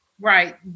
Right